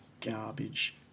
garbage